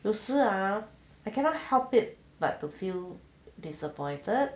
有时 ah I cannot help it but to feel disappointed